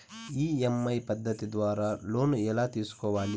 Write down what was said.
EMI పద్ధతి ద్వారా loan ఎలా తీసుకోవాలి